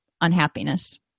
unhappiness